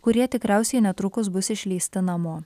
kurie tikriausiai netrukus bus išleisti namo